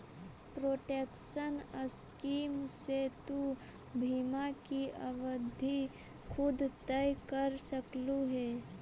protection scheme से तु बीमा की अवधि खुद तय कर सकलू हे